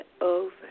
over